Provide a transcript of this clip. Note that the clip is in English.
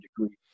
degree